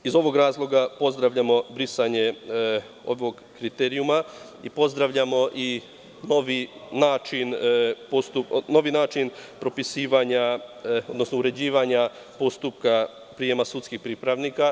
Iz ovog razloga pozdravljamo brisanje ovog kriterijuma i pozdravljamo novi način propisivanja, odnosno uređivanja postupka prijema sudskih pripravnika.